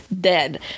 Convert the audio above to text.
dead